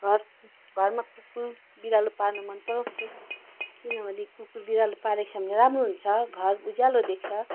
घरमा कुकुर बिरालो पाल्न मन पराउछु किनभने कुकुर बिरालो पालेको छ भने राम्रो हुन्छ घर उज्यालो देख्छ